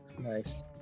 nice